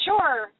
Sure